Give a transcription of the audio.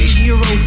hero